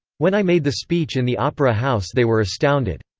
when i made the speech in the opera house they were astounded.